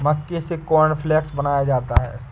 मक्के से कॉर्नफ़्लेक्स बनाया जाता है